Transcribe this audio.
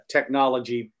Technology